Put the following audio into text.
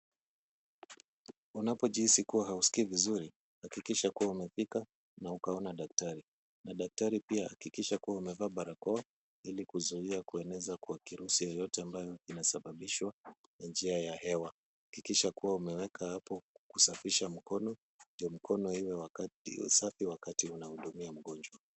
Unapojihisi kuwa hauskii vizuri, hakikisha kuwa umefika na ukaona daktari na daktari pia hakikisha kuwa umevaa barakoa ili kuzuia kueneza kwa kirusi yoyote ambayo inasababishwa na njia ya hewa. Hakikisha kuwa umeweka hapo kusafisha mkono, ndio mkono iwe safi wakati unahudumia mgonjwa.